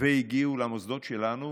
והגיעו למוסדות שלנו